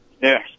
Yes